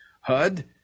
HUD